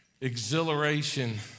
exhilaration